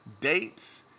dates